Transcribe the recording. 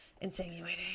insinuating